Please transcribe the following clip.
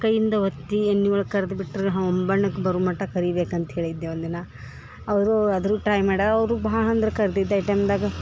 ಕೈಯಿಂದ ಒತ್ತಿ ಎಣ್ಣೆ ಒಳಗೆ ಕರ್ದು ಬಿಟ್ಟರೆ ಹೊಂಬಣ್ಣಕ್ಕೆ ಬರು ಮಟ್ಟ ಕರಿಬೇಕು ಅಂತ ಹೇಳಿದ್ದೆ ಒಂದಿನ ಅವರು ಅದ್ರದ್ದು ಟ್ರೈ ಮಾಡಿ ಅವರು ಭಾಳ ಅಂದ್ರ ಕರ್ದಿದ್ದ ಐಟಮ್ದಾಗ